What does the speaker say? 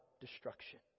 destruction